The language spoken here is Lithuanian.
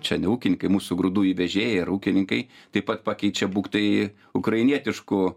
čia ne ūkininkai mūsų grūdų įvežėjai ar ūkininkai taip pat pakeičia būk tai ukrainietiškų